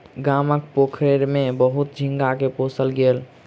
गामक पोखैर में बहुत झींगा के पोसल गेल